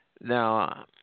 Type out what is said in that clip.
Now